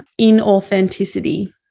inauthenticity